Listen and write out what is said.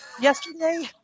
yesterday